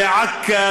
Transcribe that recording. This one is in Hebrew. ועכא,